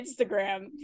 Instagram